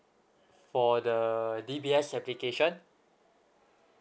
for the D_B_S application